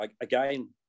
again